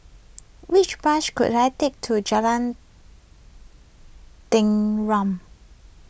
which bus could I take to Jalan